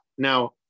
Now